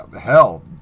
hell